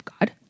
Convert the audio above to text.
God